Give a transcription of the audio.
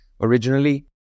originally